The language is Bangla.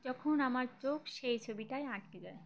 যখন আমার চোখ সেই ছবিটাই আটকে যায়